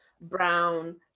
Brown